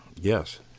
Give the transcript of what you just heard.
Yes